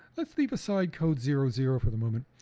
let's leave aside code zero zero for the moment.